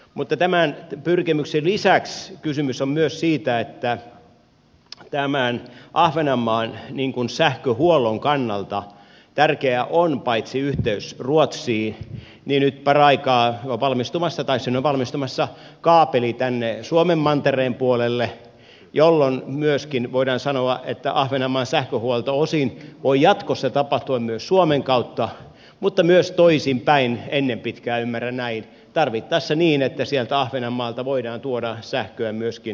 mutta tämän pyrkimyksen lisäksi kysymys on myös siitä että tämän ahvenanmaan sähköhuollon kannalta tärkeää on paitsi yhteys ruotsiin myös nyt paraikaa sinne valmistumassa oleva kaapeli tänne suomen mantereen puolelle jolloin myöskin voidaan sanoa että ahvenanmaan sähköhuolto voi jatkossa tapahtua osin myös suomen kautta mutta myös toisinpäin ennen pitkää ymmärrän näin tarvittaessa niin että sieltä ahvenanmaalta voidaan tuoda sähköä myöskin suomeen